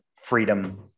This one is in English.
freedom